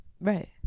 Right